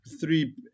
three